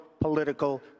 political